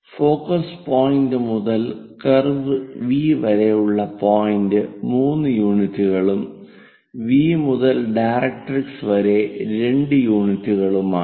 focus point മുതൽ curve V വരെയുള്ള point 3 യൂണിറ്റുകളും V മുതൽ ഡയറക്ട്രിക്സ് വരെ 2 യൂണിറ്റുകളുമാണ്